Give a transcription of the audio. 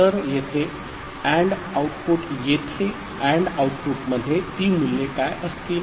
तर येथे AND output येथे AND आउटपुटमध्ये ती मूल्ये काय असतील